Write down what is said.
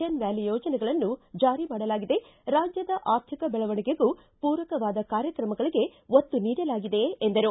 N valley ಯೋಜನೆಗಳನ್ನು ಜಾರಿ ಮಾಡಲಾಗಿದೆ ರಾಜ್ಯದ ಆರ್ಥಿಕ ಬೆಳವಣಿಗೆಗೂ ಪೂರಕವಾದ ಕಾರ್ಯಕ್ರಮಗಳಿಗೆ ಒತ್ತು ನೀಡಲಾಗಿದೆ ಎಂದರು